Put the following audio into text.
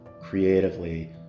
creatively